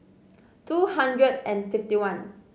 two hundred and fifty one